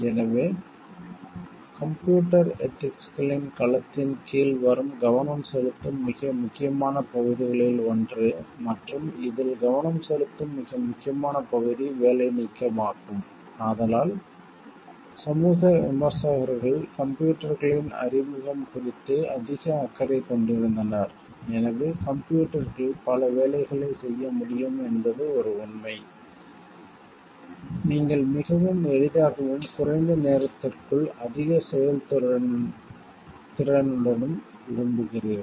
எனவே கம்ப்யூட்டர் எதிக்ஸ்களின் களத்தின் கீழ் வரும் கவனம் செலுத்தும் மிக முக்கியமான பகுதிகளில் ஒன்று மற்றும் இதில் கவனம் செலுத்தும் மிக முக்கியமான பகுதி வேலை நீக்கம் ஆகும் ஆதலால் சமூக விமர்சகர்கள் கம்ப்யூட்டர்களின் அறிமுகம் குறித்து அதிக அக்கறை கொண்டிருந்தனர் எனவே கம்ப்யூட்டர்கள் பல வேலைகளை செய்ய முடியும் என்பது ஒரு உண்மை நீங்கள் மிகவும் எளிதாகவும் குறைந்த நேரத்திற்குள் அதிக செயல்திறனுடனும் விரும்புகிறீர்கள்